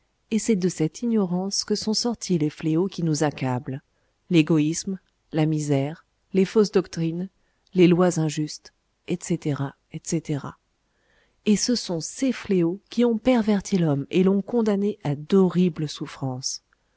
et c'est de cette ignorance que sont sortis les fléaux qui nous accablent l'égoïsme la misère les fausses doctrines les lois injustes etc etc et ce sont ces fléaux qui ont perverti l'homme et l'ont condamné à d'horribles souffrances